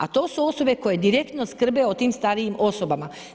A to su osobe koje direktno skrbe o tim starijim osobama.